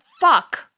fuck